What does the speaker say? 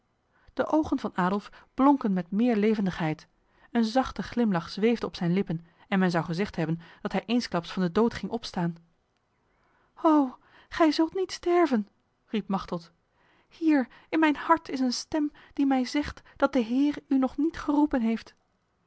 de ogen van adolf blonken met meer levendigheid een zachte glimlach zweefde op zijn lippen en men zou gezegd hebben dat hij eensklaps van de dood ging opstaan o gij zult niet sterven riep machteld hier in mijn hart is een stem die mij zegt dat de heer u nog niet geroepen heeft